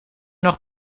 nog